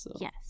Yes